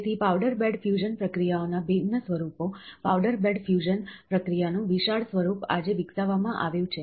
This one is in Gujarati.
તેથી પાવડર બેડ ફ્યુઝન પ્રક્રિયાઓના ભિન્ન સ્વરૂપો પાવડર બેડ ફ્યુઝન પ્રક્રિયાનું વિશાળ સ્વરૂપ આજે વિકસાવવામાં આવ્યું છે